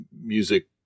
music